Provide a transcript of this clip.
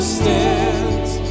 stands